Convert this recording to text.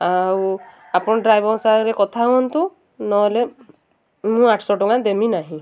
ଆଉ ଆପଣ ଡ୍ରାଇଭର୍ଙ୍କ ସାଙ୍ଗରେ କଥା ହୁଅନ୍ତୁ ନହେଲେ ମୁଁ ଆଠଶହ ଟଙ୍କା ଦେବି ନାହିଁ